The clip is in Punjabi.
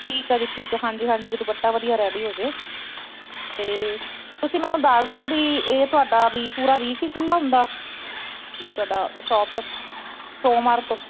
ਠੀਕ ਹੈ ਜੀ ਠੀਕ ਹੈ ਹਾਂਜੀ ਹਾਂਜੀ ਵੀ ਦੁਪੱਟਾ ਵਧੀਆ ਰੈਡੀ ਹੋ ਜਾਏ ਤਾਂ ਤੁਸੀਂ ਮੈਨੂੰ ਦੱਸ ਦਓ ਵੀ ਇਹ ਤੁਹਾਡਾ ਵੀ ਪੂਰਾ ਵੀਕ ਹੀ ਖੁੱਲ੍ਹਾ ਹੁੰਦਾ ਵੀ ਤੁਹਾਡਾ ਸ਼ੋਪ ਸੋਮਵਾਰ ਤੋਂ